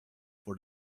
for